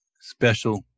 special